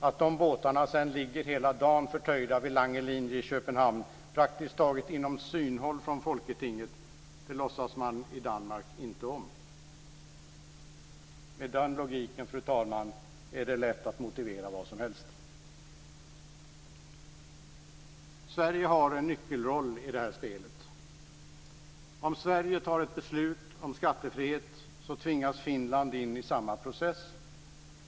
Att de båtarna sedan ligger hela dagen förtöjda vid Langelinje i Köpenhamn, praktiskt taget inom synhåll från Folketinget, låtsas man i Danmark inte om. Med den logiken, fru talman, är det lätt att motivera vad som helst. Sverige har en nyckelroll i det här spelet. Om Sverige fattar ett beslut om skattefrihet så tvingas Finland in i samma process.